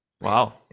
Wow